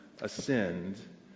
ascend